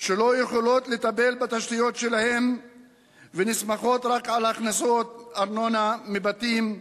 שלא יכולות לטפל בתשתיות שלהן ונסמכות רק על הכנסות ארנונה מבתים.